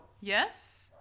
Yes